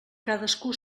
cadascú